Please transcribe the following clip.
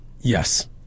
Yes